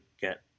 get